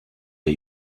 der